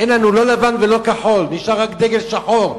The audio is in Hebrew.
אין לנו לא כחול ולא לבן, נשאר רק דגל שחור.